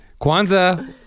Kwanzaa